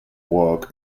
work